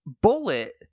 bullet